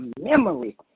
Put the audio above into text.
memory